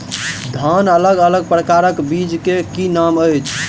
धान अलग अलग प्रकारक बीज केँ की नाम अछि?